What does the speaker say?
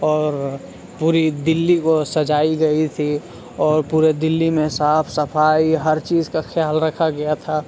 اور پوری دلی کو سجائی گئی تھی اور پورے دلی میں صاف صفائی ہر چیز کا خیال رکھا گیا تھا